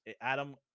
adam